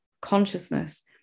consciousness